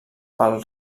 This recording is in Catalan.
pel